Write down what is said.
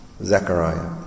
Zechariah